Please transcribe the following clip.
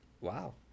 wow